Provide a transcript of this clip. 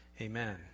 Amen